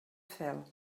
fel